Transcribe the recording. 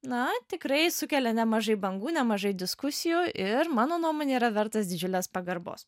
na tikrai sukelia nemažai bangų nemažai diskusijų ir mano nuomone yra vertas didžiulės pagarbos